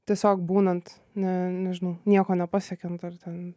tiesiog būnant ne nežinau nieko nepasiekiant ar ten